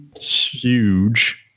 huge